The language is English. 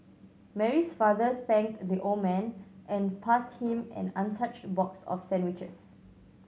Mary's father thanked the old man and passed him an untouched box of sandwiches